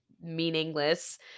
meaningless